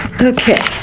Okay